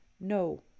no